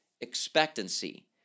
expectancy